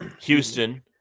Houston